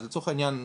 אז לצורך העניין,